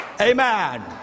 amen